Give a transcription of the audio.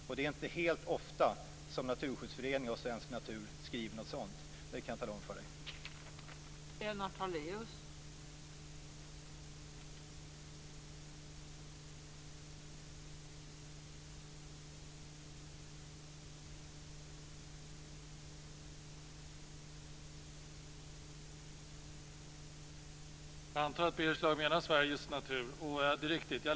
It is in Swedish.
Och det är inte särskilt ofta som Naturskyddsföreningen och Svensk Natur skriver något sådant, det kan jag tala om för Lennart